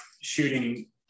shooting